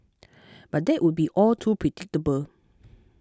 but that would be all too predictable